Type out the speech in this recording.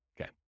okay